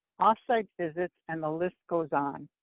off site visits, and the list goes on.